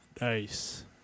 Nice